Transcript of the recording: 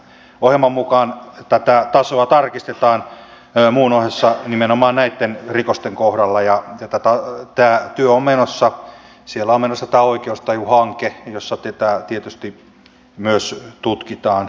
ohjelman mukaan tätä tasoa tarkistetaan muun ohessa nimenomaan näitten rikosten kohdalla ja siellä on menossa tämä oikeustajuhanke jossa tätä tietysti myös tutkitaan